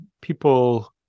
people